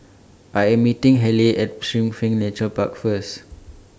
I Am meeting Haleigh At Springleaf Nature Park First